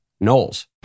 Knowles